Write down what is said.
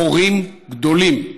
חורים גדולים.